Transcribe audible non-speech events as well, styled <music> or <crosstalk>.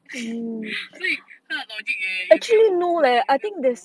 <laughs> 所以它的 logic 也也没有也没有 follow